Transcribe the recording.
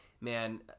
man